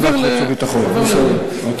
נעביר לחוץ וביטחון, בסדר.